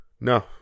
No